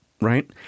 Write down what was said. right